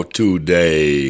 today